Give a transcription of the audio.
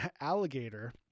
alligator